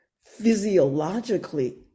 physiologically